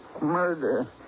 Murder